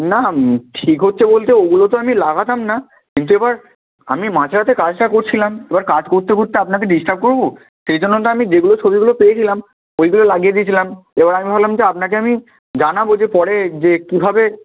না ঠিক হচ্ছে বলতে ওগুলো তো আমি লাগাতাম না কিন্তু এবার আমি মাঝরাতে কাজটা করছিলাম এবার কাজ করতে করতে আপনাকে ডিসটার্ব করব সেই জন্য তো আমি যেগুলো ছবিগুলো পেয়েছিলাম ওইগুলো লাগিয়ে দিয়েছিলাম এবার আমি ভাবলাম যে আপনাকে আমি জানাব যে পরে যে কীভাবে